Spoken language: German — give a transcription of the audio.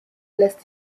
lässt